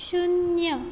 शुन्य